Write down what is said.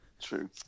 True